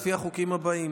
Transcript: לפי החוקים הבאים,